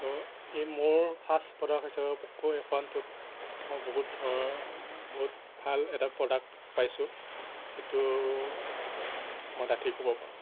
ত' এই মোৰ first product হিচাপে প'ক' এফ ৱানটোত মই বহুত ধৰণ বহুত ভাল এটা প্ৰডাক্ট পাইছোঁ সেইটো মই ডাঠি ক'ব পাৰোঁ